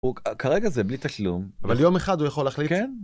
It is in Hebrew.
הוא... כרגע זה בלי תשלום, אבל יום אחד הוא יכול להחליט. כן